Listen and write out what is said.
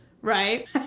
right